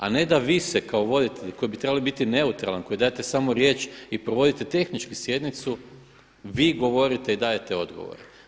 A ne da vi se kao voditelj, koji bi trebali biti neutralan, koji dajete samo riječ i provodite tehnički sjednicu, vi govorite i dajete odgovor.